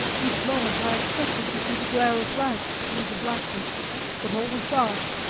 each moment i expected to see the glare of lamps through the blackness but all was dark.